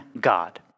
God